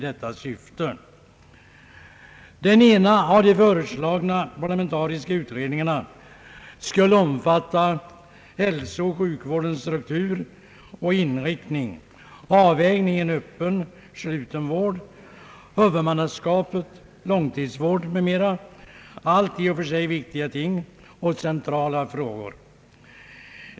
Den ena av de föreslagna parlamentariska utredningarna skulle omfatta hälsooch sjukvårdens struktur och inriktning, avvägning mellan öppen och sluten vård, huvudmannaskapet, långtidsvård m.m., allt i och för sig viktiga ting och centrala frågor.